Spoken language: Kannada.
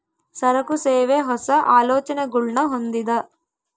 ಸರಕು, ಸೇವೆ, ಹೊಸ, ಆಲೋಚನೆಗುಳ್ನ ಹೊಂದಿದ